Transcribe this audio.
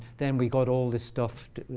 then we got all this stuff